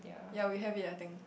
yea we have it I think